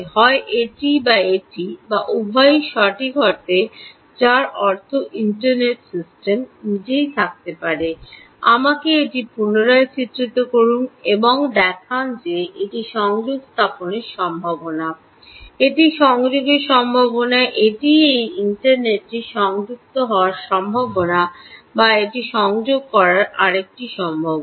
হয় এটি বা এটি বা উভয়ই সঠিক অর্থ যার অর্থ ইন্টারনেট সিস্টেম নিজেই থাকতে পারে আমাকে এটি পুনরায় চিত্রিত করুন এবং দেখান যে এটি সংযোগ স্থাপনের সম্ভাবনা এটি সংযোগের সম্ভাবনা এটিই এই ইন্টারনেটটি সংযুক্ত হওয়ার সম্ভাবনা বা এটি সংযোগ করার আরেকটি সম্ভাবনা